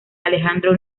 alejandro